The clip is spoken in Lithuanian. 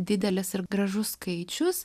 didelis ir gražus skaičius